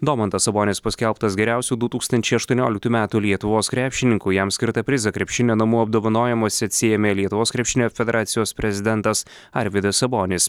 domantas sabonis paskelbtas geriausiu du tūkstančiai aštuonioliktų metų lietuvos krepšininku jam skirtą prizą krepšinio namų apdovanojimuose atsiėmė lietuvos krepšinio federacijos prezidentas arvydas sabonis